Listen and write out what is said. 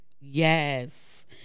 Yes